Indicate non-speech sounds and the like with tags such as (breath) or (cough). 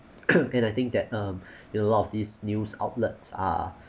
(coughs) and I think that um (breath) you know a lot of this news outlets are